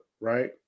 right